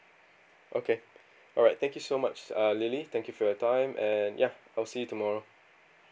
okay alright thank you so much uh lily thank you for your time and ya I'll see you tomorrow